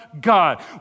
God